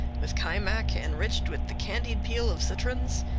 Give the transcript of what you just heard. with kaimak enriched with the candied-peel of citrons,